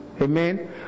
amen